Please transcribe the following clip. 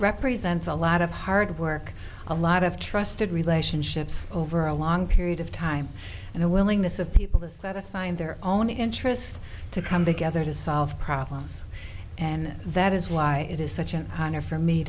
represents a lot of hard work a lot of trusted relationships over a long period of time and the willingness of people is that a sign their own interests to come together to solve problems and that is why it is such an honor for me